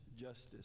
justice